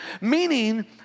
meaning